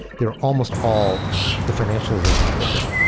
they're almost all the financialization of crypto.